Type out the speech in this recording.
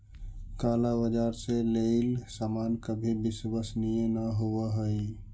काला बाजार से लेइल सामान कभी विश्वसनीय न होवअ हई